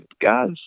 guy's